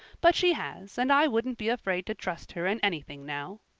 but she has and i wouldn't be afraid to trust her in anything now.